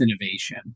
innovation